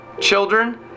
children